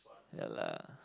ya lah